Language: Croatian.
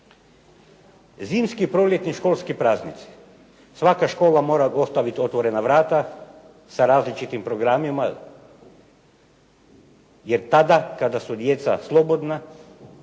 Zimski proljetni, školski praznici svaka škola mora ostaviti otvorena vrata sa različitim školskim programima, jer tada kada su djeca slobodna